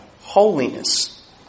holiness